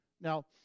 Now